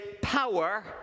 power